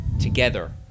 together